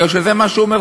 כי זה מה שהוא אומר,